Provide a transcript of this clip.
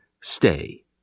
stay